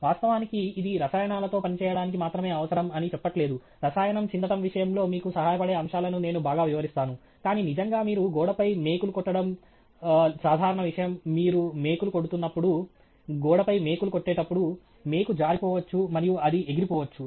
వాస్తవానికి ఇది రసాయనాలతో పనిచేయడానికి మాత్రమే అవసరం అని చెప్పట్లేదు రసాయనం చిందటం విషయంలో మీకు సహాయపడే అంశాలను నేను బాగా వివరిస్తాను కానీ నిజంగా మీరు గోడపై మేకులు కొట్టడం సాధారణ విషయం మీరు మేకులు కొడుతున్నప్పుడు గోడపై మేకులు కొట్టేటప్పుడు మేకు జారిపోవచ్చు మరియు అది ఎగిరిపోవచ్చు